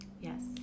Yes